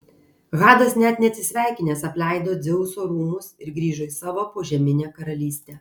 hadas net neatsisveikinęs apleido dzeuso rūmus ir grįžo į savo požeminę karalystę